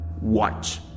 Watch